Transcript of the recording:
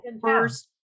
first